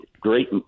great